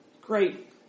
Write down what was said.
great